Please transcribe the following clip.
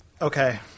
Okay